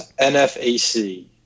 NFAC